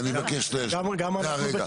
אני אגיד דבר אחד.